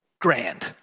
grand